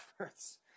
efforts